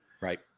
Right